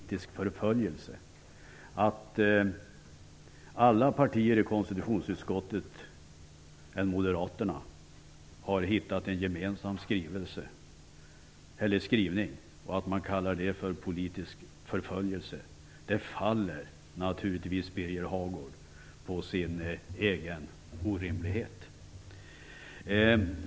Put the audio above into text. Herr talman! Låt mig innan jag glömmer bort det säga att det naturligtvis är befängt av Birger Hagård att påstå att det skulle röra sig om politisk förföljelse. Att kalla det för politisk förföljelse att alla partier utom Moderaterna i konstitutionsutskottet har hittat en gemensam skrivning, det faller på sin egen orimlighet, Birger Hagård.